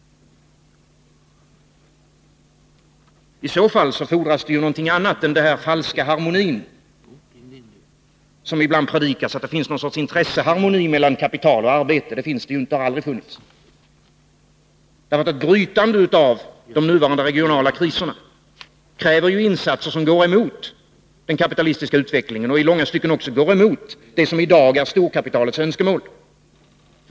I så fall fordras någonting annat än den falska harmonin som ibland predikas — att det skulle finnas någon sorts intresseharmoni mellan kapital och arbete. Det finns inte och har aldrig funnits. Ett brytande av de nuvarande regionala kriserna kräver nämligen insatser som går emot den kapitalistiska utvecklingen och i långa stycken också går emot det som i dag är storkapitalets önskemål.